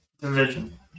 division